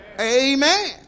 amen